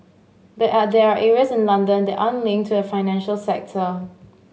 but are there areas in London that aren't linked to a financial sector